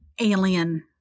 alien